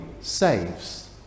saves